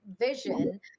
vision